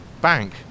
bank